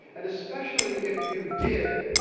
and especially if you did,